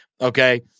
okay